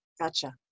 Gotcha